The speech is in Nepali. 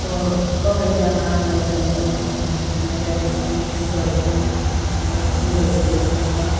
ब बगैँचामा लैजान्छौँ अनि खनेर त्यसमा मिक्स गर्छौँ त्यहाँबाट फुलहरू रोप्न